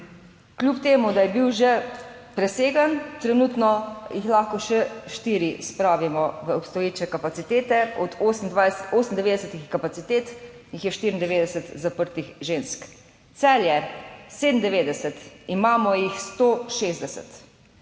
kljub temu, da je bil že presegan, trenutno jih lahko še štiri spravimo v obstoječe kapacitete, od 98 kapacitet jih je 94 zaprtih žensk. Celje 97, imamo jih 160.